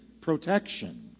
protection